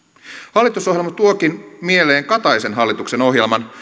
hallitusohjelma tuokin mieleen kataisen hallituksen ohjelman